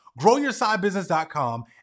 growyoursidebusiness.com